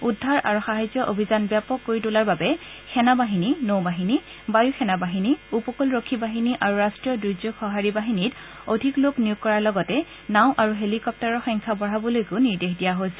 উদ্ধাৰ আৰু সাহায্য অভিযান ব্যাপক কৰি তোলাৰ বাবে সেনা বাহিনী নৌ বাহিনী বায়ু সেনা বাহিনী উপকূল ৰক্ষী বাহিনী আৰু ৰাষ্টীয় দূৰ্যোগ সহাৰি বাহিনীত অধিক লোক নিয়োগ কৰাৰ লগতে নাও আৰু হেলিকপ্তাৰৰ সংখ্যা বঢ়াবলৈকো নিৰ্দেশ দিয়া হৈছে